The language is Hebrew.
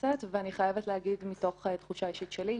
בכנסת ואני חייבת להגיד מתוך תחושה אישית שלי,